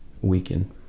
weaken